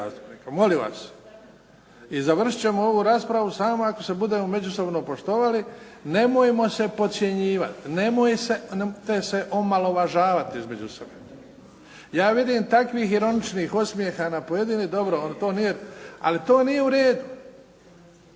Molim vas! I završit ćemo ovu raspravu samo ako se budemo međusobno poštovali. Nemojmo se podcjenjivati, nemojte se omalovažavati između sebe. Ja vidim takvih ironičnih osmjeha, ali to nije u redu.